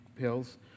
pills